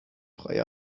freie